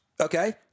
Okay